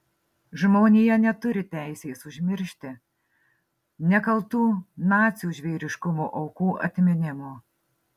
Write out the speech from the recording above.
žmonija neturi teisės užmiršti nekaltų nacių žvėriškumo aukų atminimo